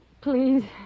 please